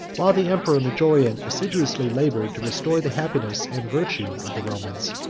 while the emperor majorian assiduously labored to restore the happiness and virtue of the romans,